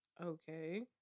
Okay